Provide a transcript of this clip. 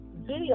video